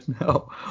No